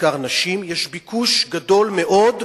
בעיקר נשים, יש ביקוש גדול מאוד.